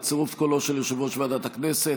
בצירוף קולו של יושב-ראש ועדת הכנסת,